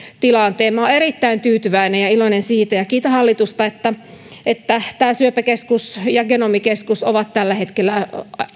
tilanteen minä olen erittäin tyytyväinen ja iloinen siitä ja kiitän hallitusta että että tämä syöpäkeskus ja genomikeskus ovat tällä hetkellä